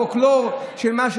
פולקלור של מה,